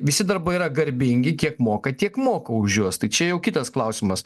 visi darbai yra garbingi kiek moka tiek moka už juos tai čia jau kitas klausimas